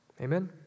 Amen